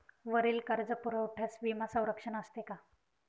वरील कर्जपुरवठ्यास विमा संरक्षण असते का?